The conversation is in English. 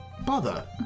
bother